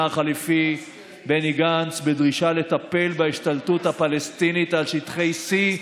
החלופי בני גנץ בדרישה לטפל בהשתלטות הפלסטינית על שטחי C,